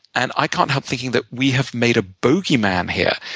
and i can't help thinking that we have made a bogeyman here,